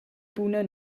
buna